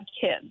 kids